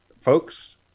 folks